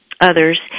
others